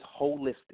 holistic